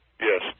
Yes